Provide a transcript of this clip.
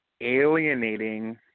alienating